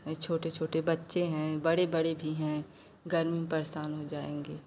और ये छोटे छोटे बच्चे हैं बड़े बड़े भी हैं गरमी में परेशान हो जाएंगे